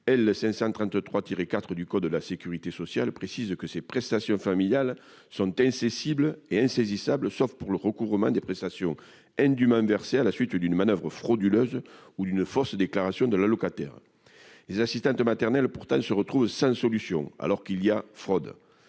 IV du code de la Sécurité sociale, précise que ces prestations familiales sont incessibles et insaisissable, sauf pour le recouvrement des prestations indûment versées à la suite d'une manoeuvre frauduleuse ou d'une fausse déclaration de la locataire, les assistantes maternelles, pourtant, se retrouve sans solution, alors qu'il y a fraude,